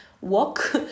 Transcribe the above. walk